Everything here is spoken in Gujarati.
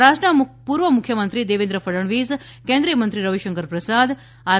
મહારાષ્ટ્રના પૂર્વ મુખ્યમંત્રી દેવેન્દ્ર ફડણવીસ કેન્દ્રીયમંત્રી રવિશંકર પ્રસાદ આર